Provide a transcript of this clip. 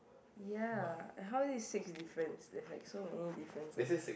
ya and how is it six difference there's like so many differences